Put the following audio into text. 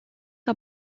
que